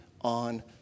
on